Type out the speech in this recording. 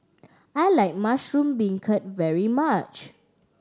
I like mushroom beancurd very much